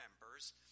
members